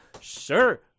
sure